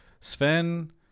Sven